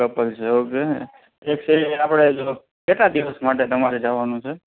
couple છો એવું કહોને એક છે આપણે કેટલા દિવસ માટે તમારે જવાનું છે